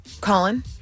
Colin